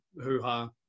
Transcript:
hoo-ha